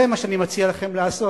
זה מה שאני מציע לכם לעשות.